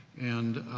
and,